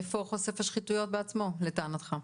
איפה חושף השחיתויות בעצמו לטענתך?